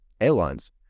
airlines